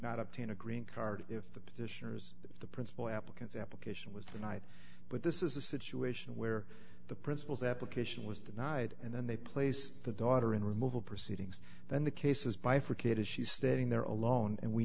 not obtain a green card if the petitioners the principal applicants application was denied but this is a situation where the principals application was denied and then they place the daughter in removal proceedings then the case is bifurcated she's standing there alone and we